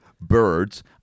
birds